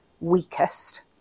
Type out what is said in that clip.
weakest